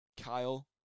Kyle